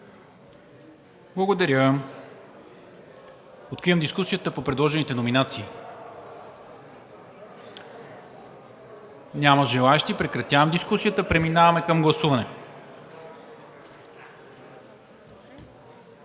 Благодаря Ви. Откривам дискусията по представените номинации. Няма желаещи. Прекратявам дискусията. Преминаваме към гласуване.